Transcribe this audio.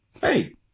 hey